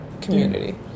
community